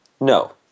No